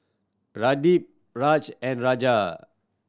Pradip Raj and Raja